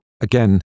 again